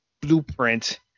blueprint